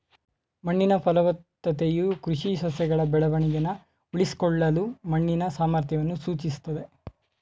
ಮಣ್ಣಿನ ಫಲವತ್ತತೆಯು ಕೃಷಿ ಸಸ್ಯಗಳ ಬೆಳವಣಿಗೆನ ಉಳಿಸ್ಕೊಳ್ಳಲು ಮಣ್ಣಿನ ಸಾಮರ್ಥ್ಯವನ್ನು ಸೂಚಿಸ್ತದೆ